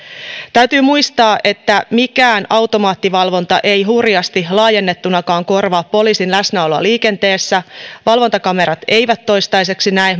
täytyy muistaa että mikään automaattivalvonta ei hurjasti laajennettunakaan korvaa poliisin läsnäoloa liikenteessä valvontakamerat eivät toistaiseksi näe